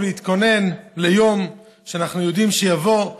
להתכונן ליום שאנחנו יודעים שיבוא.